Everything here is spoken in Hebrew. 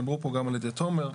הוא דווקא מקל על כך שעד 80',